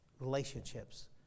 relationships